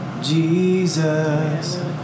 Jesus